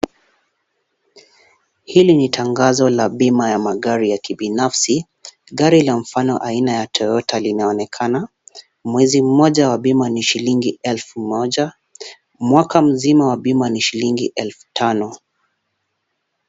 Hili ni tangazo la bima ya magari ya kibinafsi. Gari la mfano aina ya Toyota linaonekana. Mwezi mmoja wa bima ni shilingi elfu moja. Mwaka mzima wa bima ni shilingi elfu tano.